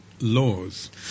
laws